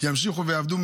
ימשיכו לעבוד,